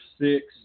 six